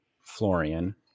florian